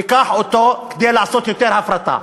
תיקח אותו כדי לעשות יותר הפרטה.